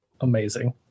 Amazing